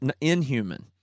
inhuman